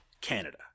Canada